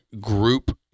group